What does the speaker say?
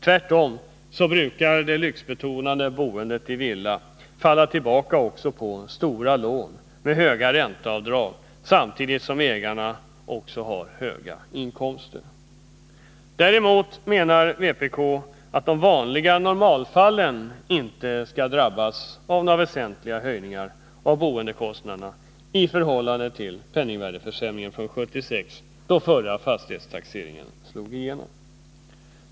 Tvärtom brukar det lyxbetonade boendet i villa falla tillbaka på stora lån med höga ränteavdrag, samtidigt som ägarna har höga inkomster. Däremot menar vpk att de vanliga normalfallen inte skall drabbas av några väsentliga höjningar av boendekostnaderna i förhållande till penningvärdeförsämringen från 1976, då den förra fastighetstaxeringen slog igenom.